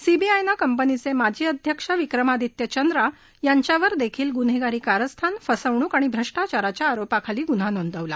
सीबीआयनं कंपनीचे माजी अध्यक्ष विक्रमादित्य चंद्रा यांच्यावरदेखिल गुन्हेगारी कारस्थान फसवणूक आणि भ्रष्टाचाराच्या आरोपाखाली गुन्हा नोंदवला